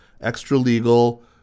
extra-legal